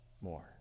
more